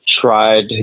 tried